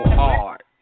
hard